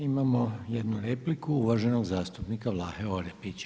Imamo jednu repliku uvaženog zastupnika Vlahe Orepića.